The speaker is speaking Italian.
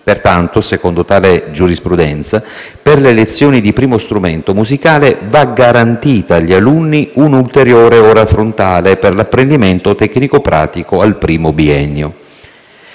Pertanto, secondo tale giurisprudenza, per le lezioni di primo strumento musicale va garantita agli alunni un'ulteriore ora frontale per l'apprendimento tecnico-pratico al primo biennio.